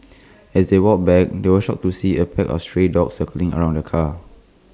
as they walked back they were shocked to see A pack of stray dogs circling around the car